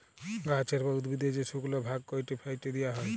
গাহাচের বা উদ্ভিদের যে শুকল ভাগ ক্যাইটে ফ্যাইটে দিঁয়া হ্যয়